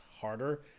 harder